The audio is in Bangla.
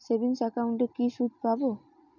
সেভিংস একাউন্টে কি সুদ পাব?